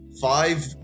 five